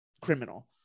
criminal